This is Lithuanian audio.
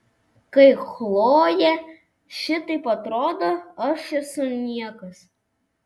kai chlojė šitaip atrodo aš esu niekas